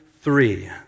Three